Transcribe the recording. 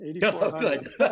Good